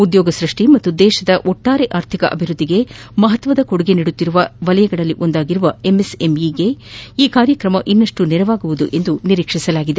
ಉದ್ಯೋಗ ಸ್ಪಡ್ನಿ ಮತ್ತು ದೇಶದ ಒಟ್ಡಾರೆ ಆರ್ಥಿಕ ಅಭಿವೃದ್ದಿಗೆ ಮಹತ್ವದ ಕೊಡುಗೆ ನೀಡುತ್ತಿರುವ ವಲಯಗಳಲ್ಲಿ ಒಂದಾಗಿರುವ ಎಂಎಸ್ಎಂಇಗೆ ಈ ಕಾರ್ಯಕ್ರಮ ಇನ್ನಷ್ಟು ನೆರವಾವುದೆಂದು ನಿರೀಕ್ಷಿಸಲಾಗಿದೆ